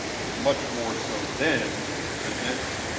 much more so then than now.